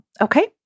okay